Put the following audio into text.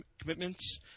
commitments